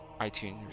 iTunes